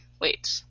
Wait